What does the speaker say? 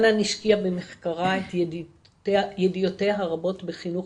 חנאן השקיעה במחקרה את ידיעותיה הרבות בחינוך